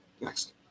Next